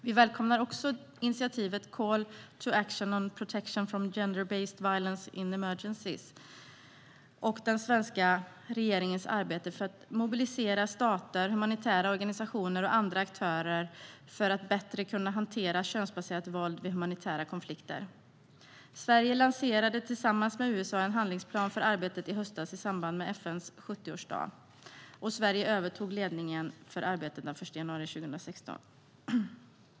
Vi välkomnar också initiativet Call to Action on Protection from Gender-based Violence in Emergencies samt den svenska regeringens arbete för att mobilisera stater, humanitära organisationer och andra aktörer för att kunna hantera könsbaserat våld i humanitära konflikter på ett bättre sätt. I samband med FN:s 70-årsdag i höstas lanserade Sverige tillsammans med USA en handlingsplan för arbetet. Och Sverige övertog ledningen för arbetet den 1 januari 2016.